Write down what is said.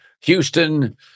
Houston